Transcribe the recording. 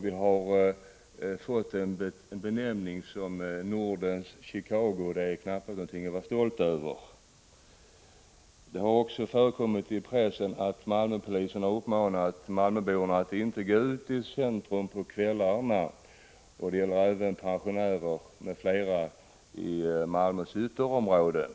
Vi har fått benämningen Nordens Chicago, och det är knappast någonting att vara stolt över. Det har också stått i pressen att malmöpolisen har uppmanat malmöborna att inte gå ut i centrum på kvällarna — och det gäller även pensionärer m.fl. i Malmös ytterområden.